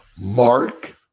Mark